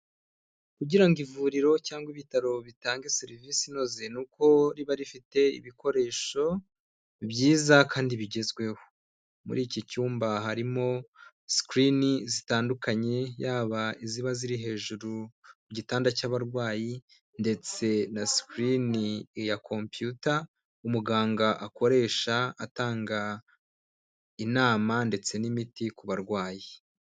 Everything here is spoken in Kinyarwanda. Kugira ngo ivuriro cyangwa ibitaro bitange serivisi inoze ni uko riba rifite ibikoresho byiza kandi bigezweho muri iki cyumba harimo sikirini zitandukanye yaba i izaba ziri hejuru mu mugitanda cy'abarwayi ndetse na sclin iya computer umuganga akoresha atanga inama ndetse n'imiti ku barwayi.